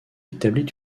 établit